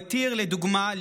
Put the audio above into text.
לדוגמה,